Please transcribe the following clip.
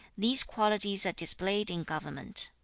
these qualities are displayed in government.